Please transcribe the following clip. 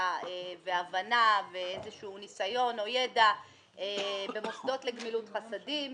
והבנה ואיזשהו ניסיון או ידע במוסדות לגמילות חסדים,